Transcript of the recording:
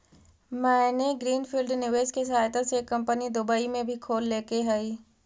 मैंने green field निवेश के सहायता से एक कंपनी दुबई में भी खोल लेके हइ